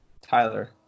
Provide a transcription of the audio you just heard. tyler